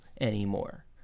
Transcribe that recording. anymore